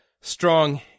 strong